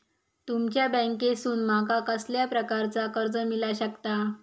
तुमच्या बँकेसून माका कसल्या प्रकारचा कर्ज मिला शकता?